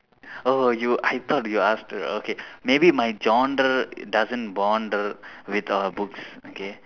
oh you I thought you asked her okay maybe my genre doesn't bond with uh books okay